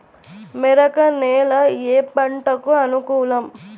మెరక నేల ఏ పంటకు అనుకూలం?